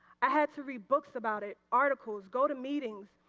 i had to read books about it, articles, go to meeting,